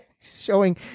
showing